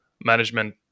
management